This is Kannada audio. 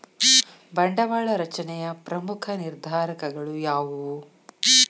ಬಂಡವಾಳ ರಚನೆಯ ಪ್ರಮುಖ ನಿರ್ಧಾರಕಗಳು ಯಾವುವು